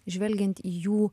žvelgiant į jų